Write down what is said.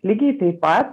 lygiai taip pat